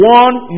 one